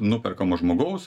nuperkamo žmogaus